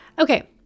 Okay